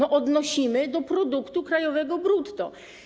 Odnosimy do produktu krajowego brutto.